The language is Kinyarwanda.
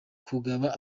kugaba